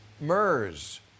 MERS